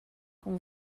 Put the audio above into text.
com